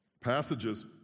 passages